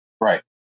Right